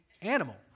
animal